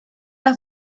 las